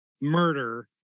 murder